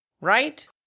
Right